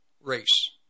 race